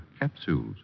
capsules